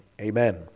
Amen